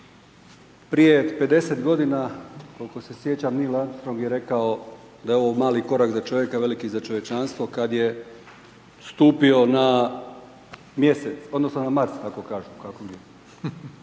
Prije 50 g. koliko se sjećam Neil Armstrog je rekao da je ovo mali korak za čovjeka veliki za čovječanstvo kada je stupio na Mjesec, odnosno, Mars, kako kažu.